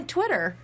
Twitter